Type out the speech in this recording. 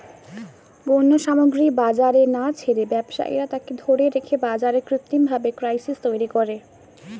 পণ্য সামগ্রী বাজারে না ছেড়ে ব্যবসায়ীরা তাকে ধরে রেখে বাজারে কৃত্রিমভাবে ক্রাইসিস তৈরী করে